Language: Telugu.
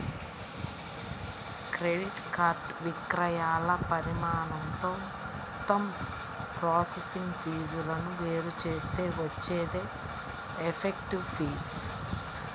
క్రెడిట్ కార్డ్ విక్రయాల పరిమాణంతో మొత్తం ప్రాసెసింగ్ ఫీజులను వేరు చేస్తే వచ్చేదే ఎఫెక్టివ్ ఫీజు